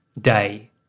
day